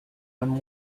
when